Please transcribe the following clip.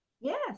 Yes